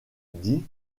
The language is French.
dit